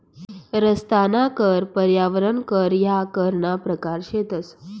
रस्ताना कर, पर्यावरण कर ह्या करना परकार शेतंस